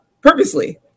purposely